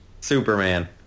Superman